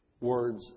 words